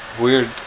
Weird